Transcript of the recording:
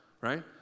right